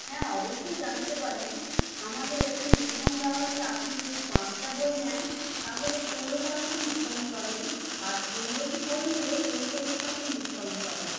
হ্যাঁ অবশ্যই জানতে পারেন আমাদের এখানে ডিসকাউন্ট দেওয়া হচ্ছে আপনি যদি পাঁচটা বই নেন তাহলে পনেরো পার্সেন্ট ডিসকাউন্ট পাবেন আর পনেরোটি বই নিলে পঁয়তাল্লিশ পার্সেন্ট ডিসকাউন্ট পাবেন